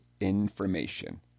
information